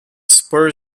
spur